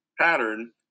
pattern